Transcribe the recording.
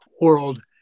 world